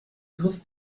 griff